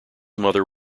mother